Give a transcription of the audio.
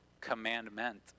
commandment